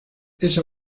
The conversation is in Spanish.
esa